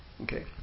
Okay